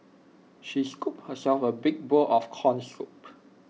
she scooped herself A big bowl of Corn Soup